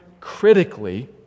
Critically